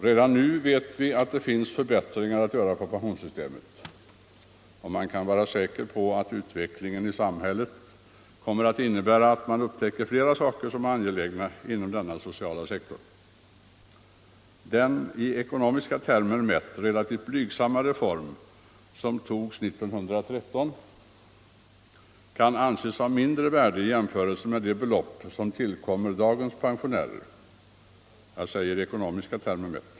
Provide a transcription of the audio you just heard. Redan nu vet vi att det finns förbättringar att göra inom pensionssystemet, och man kan vara säker på att utvecklingen i samhället kommer att medföra att man upptäcker flera angelägna behov inom denna sociala sektor. Den i ekonomiska termer relativt blygsamma reform som beslöts 1913 kan kanske av många anses vara av mindre värde i jämförelse med de belopp som tillkommer dagens pensionärer — jag betonar att jag säger ”i ekonomiska termer”.